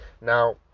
Now